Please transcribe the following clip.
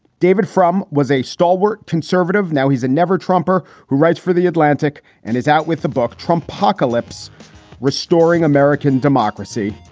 david frum was a stalwart conservative. now he's a never trumper who writes for the atlantic and is out with the book trump pocalypse restoring american democracy.